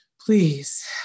Please